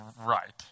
Right